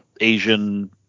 Asian